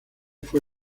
fue